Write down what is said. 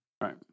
right